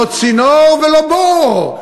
לא צינור ולא בור.